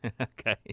Okay